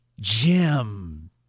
Jim